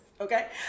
Okay